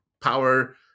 power